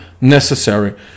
necessary